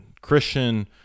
Christian